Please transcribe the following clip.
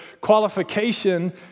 qualification